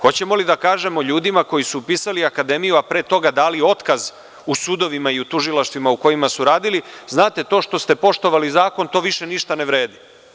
Hoćemo li da kažemo ljudima koji su upisali akademiju, a pre toga dali otkaz u sudovima i tužilaštvima, u kojima su radili, a znate to što ste poštovali zakon, to više ništa ne vredi.